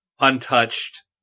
untouched